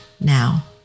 now